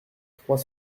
trois